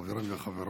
חברים וחברות,